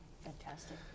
Fantastic